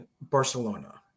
Barcelona